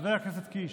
חבר הכנסת קיש.